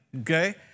okay